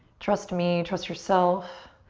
trust me, trust yourself,